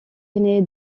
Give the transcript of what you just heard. aînée